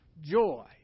joy